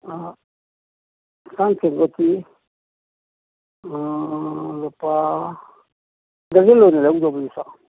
ꯌꯦꯟꯁꯥꯡ ꯇꯦꯡꯀꯣꯠꯇꯤ ꯂꯨꯄꯥ ꯗ꯭ꯔꯖꯜ ꯑꯣꯏꯅ ꯂꯧꯒꯗꯕ꯭ꯔ ꯑꯗꯨꯁꯨ